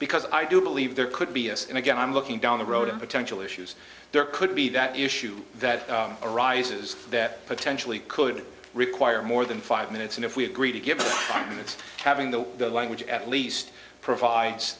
because i do believe there could be a sin again i'm looking down the road and potential issues there could be that issue that arises that potentially could require more than five minutes and if we agree to give five minutes having the language at least provides